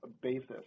basis